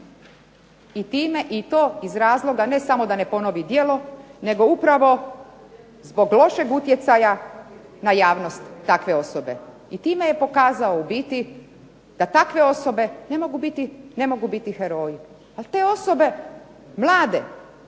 i to iz razloga ne samo da ne ponovi djelo, nego upravo zbog lošeg utjecaja na javnost takve osobe. I time je pokazao u biti da takve osobe ne mogu biti heroji. A te osobe mlade